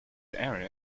area